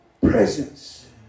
presence